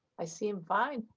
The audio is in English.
i see them fine.